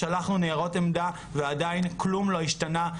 שלחנו ניירות עמדה ועדיין - כלום לא השתנה.